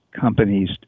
companies